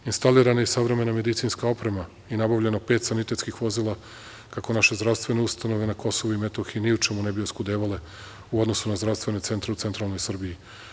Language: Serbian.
Instalirana je savremena medicinska oprema i nabavljeno pet sanitetskih vozila kako naše zdravstvene ustanove na Kosovu i Metohiji ne bi oskudevale u odnosu na zdravstvene centre u centralnoj Srbiji.